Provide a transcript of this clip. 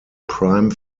prime